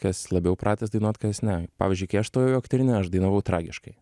kas labiau pratęs dainuot kas ne pavyzdžiui kai aš stojau į aktorinį aš dainavau tragiškai